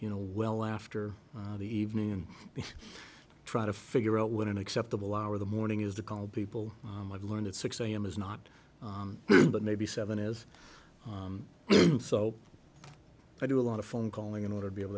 you know well after the evening and try to figure out what an acceptable hour the morning is to call people i've learned at six am is not but maybe seven is so i do a lot of phone calling in order to be able